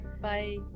bye